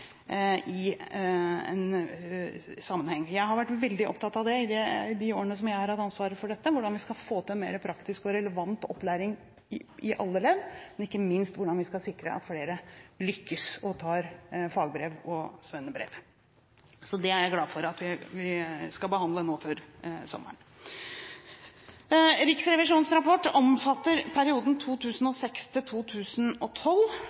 i en sammenheng. I de årene jeg har hatt ansvaret for dette, har jeg vært veldig opptatt av hvordan vi skal få til en mer praktisk og relevant opplæring i alle ledd, men ikke minst hvordan vi skal sikre at flere lykkes og tar fagbrev og svennebrev. Så det er jeg glad for at vi skal behandle nå før sommeren. Riksrevisjonens rapport omfatter perioden